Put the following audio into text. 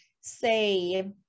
say